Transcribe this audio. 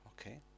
okay